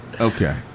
Okay